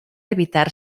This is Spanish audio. evitar